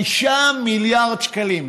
5 מיליארד שקלים,